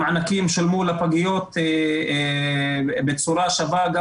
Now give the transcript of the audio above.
המענקים שולמו לפגיות בצורה שווה גם